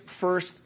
first